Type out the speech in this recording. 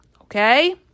Okay